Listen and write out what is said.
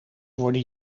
worden